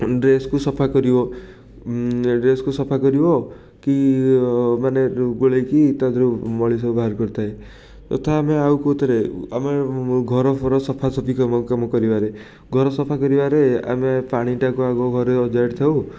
ଡ୍ରେସ୍କୁ ସଫା କରିବ ଡ୍ରେସ୍କୁ ସଫା କରିବ କି ମାନେ ଯେଉଁ ଗୋଳେଇକି ତା' ଦେହରୁ ମଳି ସବୁ ବାହାର କରିଥାଏ ତଥା ଆମେ ଆଉ କେଉଁଥିରେ ଆମେ ଘରଫର ସଫାସୁଫି କାମ କାମ କରିବାରେ ଘର ସଫା କରିବାରେ ଆମେ ପାଣିଟାକୁ ଆଗ ଘରେ ଅଜାଡ଼ି ଥାଉ